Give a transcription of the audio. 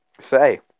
say